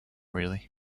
really